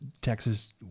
Texas